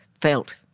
felt